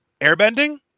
airbending